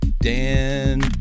Dan